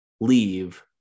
leave